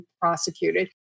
prosecuted